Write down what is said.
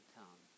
town